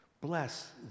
Bless